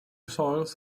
soils